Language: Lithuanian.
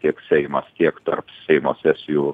tiek seimas tiek tarp seimo sesijų